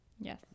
Yes